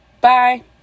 Bye